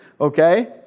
okay